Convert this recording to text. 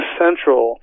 central